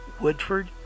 Woodford